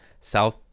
south